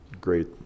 great